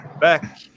back